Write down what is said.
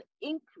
increase